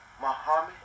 Muhammad